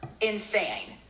Insane